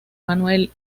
manuel